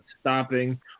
stopping